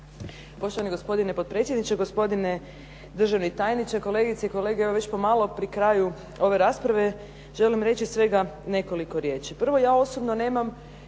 Poštovani gospodine potpredsjedniče, gospodine državni tajniče, kolegice i kolege. Evo već pomalo pri kraju ove rasprave želim reći svega nekoliko riječi. Prvo ja osobno nemam